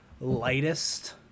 lightest